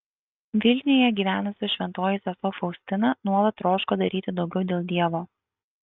vilniuje gyvenusi šventoji sesuo faustina nuolat troško daryti daugiau dėl dievo